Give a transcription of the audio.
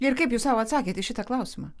ir kaip jūs sau atsakėt į šitą klausimą